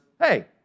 hey